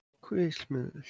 Christmas